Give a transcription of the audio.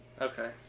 okay